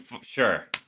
sure